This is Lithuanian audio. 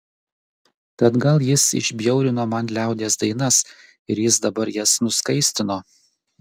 tad gal jis išbjaurino man liaudies dainas ir jis dabar jas nuskaistino